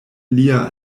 lia